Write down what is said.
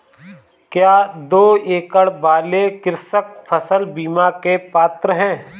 क्या दो एकड़ वाले कृषक फसल बीमा के पात्र हैं?